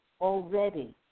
already